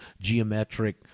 geometric